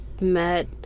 met